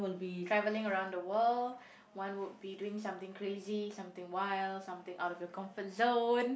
travelling around the world one would be doing something crazy something wild something out of your comfort zone